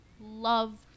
love